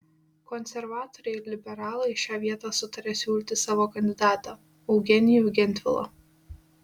konservatoriai ir liberalai į šią vietą sutarė siūlyti savo kandidatą eugenijų gentvilą